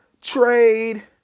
Trade